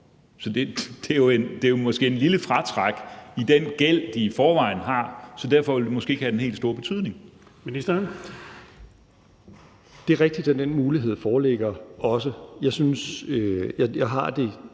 så det er måske et lille fratræk i den gæld, de i forvejen har. Så derfor vil det måske ikke have den helt store betydning. Kl. 13:50 Den fg. formand (Erling Bonnesen):